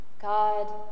God